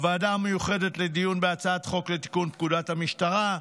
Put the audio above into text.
הוועדה המיוחדת לדיון בהצעת חוק לתיקון פקודת המשטרה,